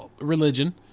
religion